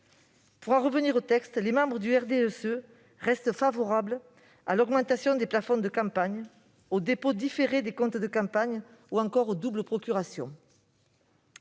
du présent texte, les membres du groupe du RDSE restent favorables à l'augmentation des plafonds de campagne, au dépôt différé des comptes de campagne ou encore aux doubles procurations.